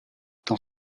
dans